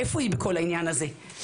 איפה היא בכל העניין הזה?